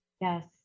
Yes